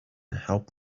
help